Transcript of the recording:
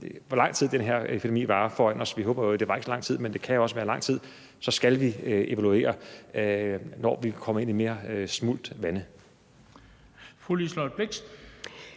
hvor lang tid den her epidemi foran os varer – vi håber jo, at den ikke varer så lang tid, men det kan også være lang tid – skal vi evaluere, når vi kommer ind i mere smult vande.